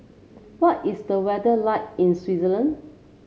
what is the weather like in Swaziland